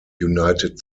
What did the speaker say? united